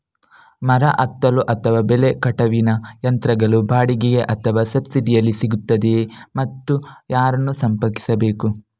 ಮರ ಹತ್ತಲು ಅಥವಾ ಬೆಲೆ ಕಟಾವಿನ ಯಂತ್ರಗಳು ಬಾಡಿಗೆಗೆ ಅಥವಾ ಸಬ್ಸಿಡಿಯಲ್ಲಿ ಸಿಗುತ್ತದೆಯೇ ಮತ್ತು ಯಾರನ್ನು ಸಂಪರ್ಕಿಸಬೇಕು?